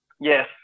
Yes